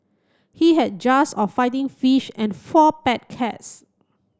he had jars of fighting fish and four pet cats